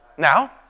Now